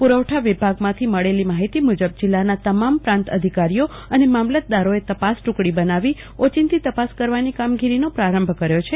પુરવઠા વિભાગમાંથી મળેલી માહિતી મુજબ જિલ્લાના તમામ પ્રાંત અધિકારીઓ અને મામલતદારોએ તપાસ ટુકડી બનાવી ઓચીંતી તપાસ કરવાની કામગીરીનો પ્રારંભ કર્યો છે